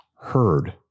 heard